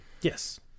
Yes